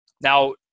Now